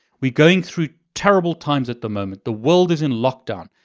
we're going through terrible times at the moment, the world is in lockdown.